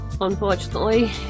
Unfortunately